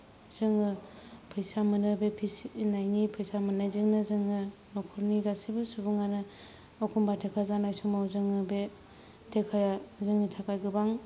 जोङो फैसा मोनो बे फिसिनायनि फैसा मोननायजोंनो जोङो न'खरनि गासैबो सुबुङानो एखम्बा थेका जानाय समाव जोङो बे थेकाया जोंनि थाखाय गोबां